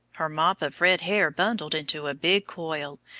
her mop of red hair bundled into a big coil,